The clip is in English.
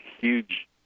huge